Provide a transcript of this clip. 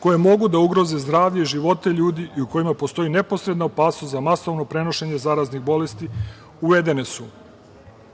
koje mogu da ugroze zdravlje i živote ljudi i u kojima postoji neposredna opasnost za masovno pronošenje zaraznih bolesti uvedene su